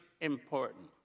important